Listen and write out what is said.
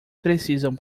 precisam